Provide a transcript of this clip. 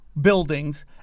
buildings